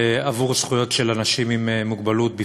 ועבור זכויות של אנשים עם מוגבלות בפרט.